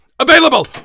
available